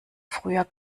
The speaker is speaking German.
früher